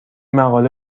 مقاله